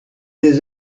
des